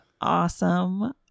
Awesome